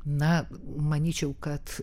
na manyčiau kad